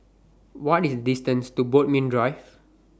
What IS The distance to Bodmin Drive